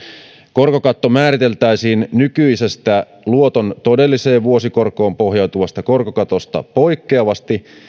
korkokatto määriteltäisiin nykyisestä luoton todelliseen vuosikorkoon pohjautuvasta korkokatosta poikkeavasti